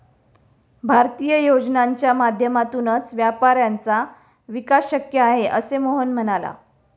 भारतीय योजनांच्या माध्यमातूनच व्यापाऱ्यांचा विकास शक्य आहे, असे मोहन म्हणाला